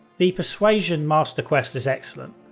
the persuasion master quest is excellent.